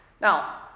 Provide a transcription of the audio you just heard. Now